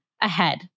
ahead